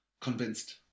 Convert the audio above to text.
convinced